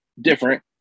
different